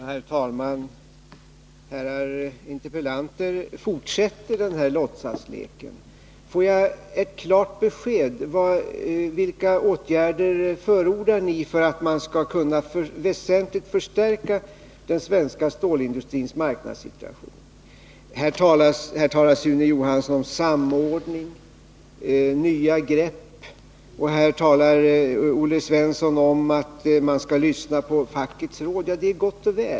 Herr talman! Herrar frågeställare fortsätter sin låtsaslek. Men ge mig ett klart besked! Vilka åtgärder förordar ni för att man skall kunna väsentligt förstärka den svenska stålindustrins marknadssituation? Sune Johansson talar här om samordning och om nya grepp, och Olle Svensson talar om att man skall lyssna på fackets råd. Ja, det är gott och väl.